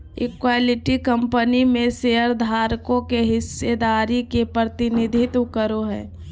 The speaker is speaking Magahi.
इक्विटी कंपनी में शेयरधारकों के हिस्सेदारी के प्रतिनिधित्व करो हइ